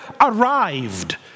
arrived